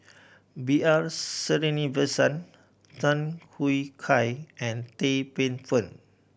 B R Sreenivasan Tham Yui Kai and Tan Paey Fern